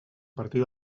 partir